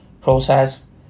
process